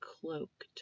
cloaked